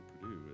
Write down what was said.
Purdue